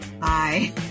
Hi